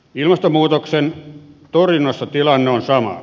ilmastonmuutoksen torjunnassa tilanne on sama